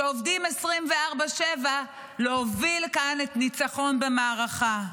שעובדים 24/7 להוביל כאן לניצחון במערכה.